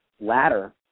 ladder